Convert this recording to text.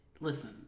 listen